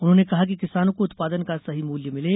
उन्होंने कहा कि किसानों को उत्पादन का सही मूल्य मिले